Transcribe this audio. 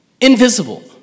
Invisible